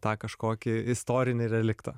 tą kažkokį istorinį reliktą